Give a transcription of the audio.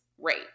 rate